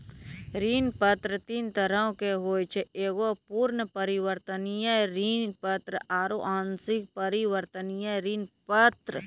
ऋण पत्र तीन तरहो के होय छै एगो पूर्ण परिवर्तनीय ऋण पत्र आरु आंशिक परिवर्तनीय ऋण पत्र